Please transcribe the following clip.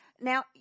Now